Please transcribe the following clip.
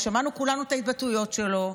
ששמענו כולנו את ההתבטאויות שלו,